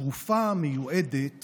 התרופה מיועדת